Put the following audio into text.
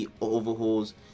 Overhaul's